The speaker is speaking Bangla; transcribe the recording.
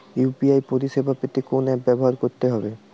ইউ.পি.আই পরিসেবা পেতে কোন অ্যাপ ব্যবহার করতে হবে?